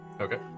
Okay